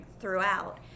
throughout